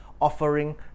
offering